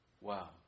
Wow